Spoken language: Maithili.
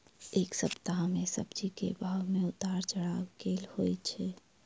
एक सप्ताह मे सब्जी केँ भाव मे उतार चढ़ाब केल होइ छै?